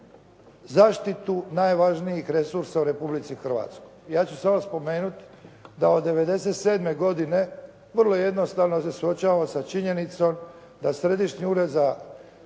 zaštitu najvažnijih resursa u Republici Hrvatskoj. Ja ću samo spomenut da od '97. godine vrlo jednostavno se suočavamo sa činjenicom da Središnji ured